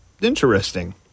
interesting